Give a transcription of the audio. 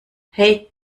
hey